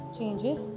Changes